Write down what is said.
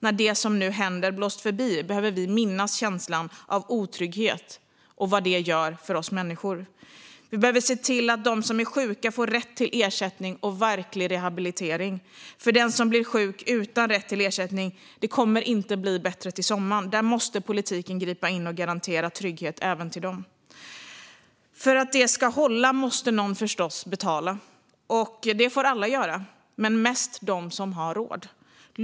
När det som nu händer blåst förbi behöver vi minnas känslan av otrygghet och vad den gör med oss människor. Vi behöver se till att de som är sjuka får rätt till ersättning och verklig rehabilitering. För den som blir sjuk utan rätt till ersättning blir det inte bättre till sommaren, utan där måste politiken gripa in och garantera trygghet även för dem. För att det ska hålla måste någon förstås betala. Det får alla göra, men mest de som har råd.